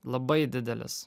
labai didelis